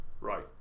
Right